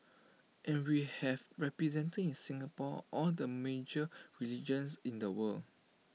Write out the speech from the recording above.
and we have represented in Singapore all the major religions in the world